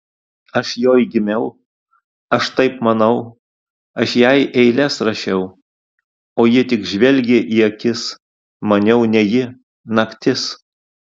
aš joj gimiau aš taip manau aš jai eiles rašiau o ji tik žvelgė į akis maniau ne ji naktis